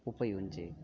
उपयुञ्जे